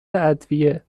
ادویه